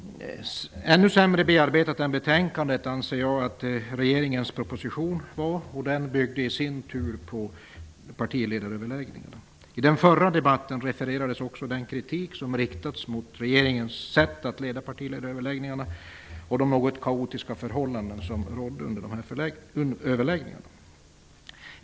Ännu sämre bearbetad än betänkandet anser jag att regeringens proposition var. Den byggde i sin tur på partiledaröverläggningarna. I den förra debatten refererades också den kritik som riktats mot regeringens sätt att leda partiledaröverläggningarna och de något kaotiska förhållanden som rådde under de här överläggningarna.